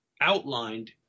outlined